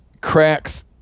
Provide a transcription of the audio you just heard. cracks